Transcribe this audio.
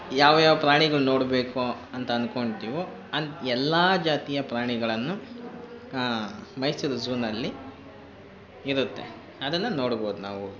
ಯಾವ ಯಾವ ಪ್ರಾಣಿಗಳು ನೋಡಬೇಕು ಅಂತ ಅಂದ್ಕೊಳ್ತೀವೋ ಅಲ್ಲಿ ಎಲ್ಲ ಜಾತಿಯ ಪ್ರಾಣಿಗಳನ್ನು ಮೈಸೂರು ಝೂನಲ್ಲಿ ಇರುತ್ತೆ ಅದನ್ನು ನೋಡಬಹ್ದು ನಾವು